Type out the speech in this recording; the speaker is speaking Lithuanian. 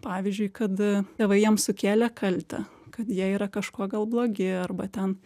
pavyzdžiui kad tėvai jiems sukėlė kaltę kad jie yra kažkuo gal blogi arba ten